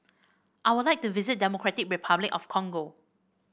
I would like to visit Democratic Republic of Congo